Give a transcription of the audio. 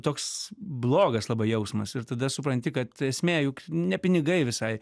toks blogas labai jausmas ir tada supranti kad esmė juk ne pinigai visai